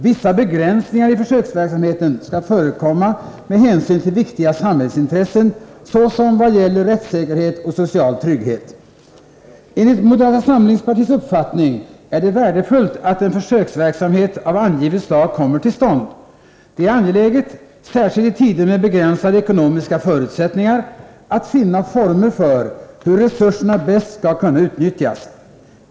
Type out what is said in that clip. Vissa begränsningar i försöksverksamheten skall förekomma med hänsyn till viktiga samhällsintressen, såsom vad gäller rättssäkerhet och social trygghet. Enligt moderata samlingspartiets uppfattning är det värdefullt att en försöksverksamhet av angivet slag kommer till stånd. Det är angeläget — särskilt i tider med begränsade ekonomiska förutsättningar — att finna former för hur resurserna bäst skall kunna utnyttjas.